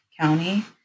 County